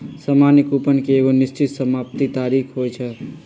सामान्य कूपन के एगो निश्चित समाप्ति तारिख होइ छइ